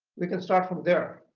we can start from there